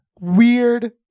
weird